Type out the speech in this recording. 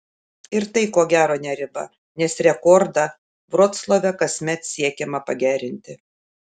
ir tai ko gero ne riba nes rekordą vroclave kasmet siekiama pagerinti